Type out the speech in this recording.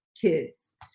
kids